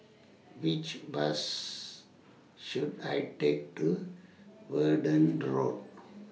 Which Bus should I Take to Verdun Road